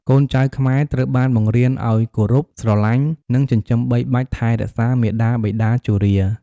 កូនចៅខ្មែរត្រូវបានបង្រៀនឱ្យគោរព ស្រឡាញ់ និងចិញ្ចឹមបីបាច់ថែរក្សាមាតាបិតាជរា។